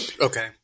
Okay